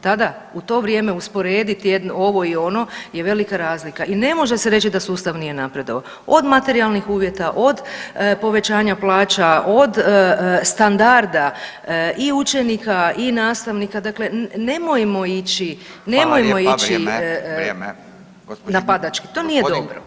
Tada u to vrijeme usporediti jednu ovo i ono je velika razlika i ne može se reći da sustav nije napredovao, od materijalnih uvjeta, od povećanja plaća, od standarda i učenika i nastavnika dakle, nemojmo ići, nemojmo ići [[Upadica: Hvala lijepa vrijeme, vrijeme.]] napadački to nije dobro.